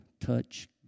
touch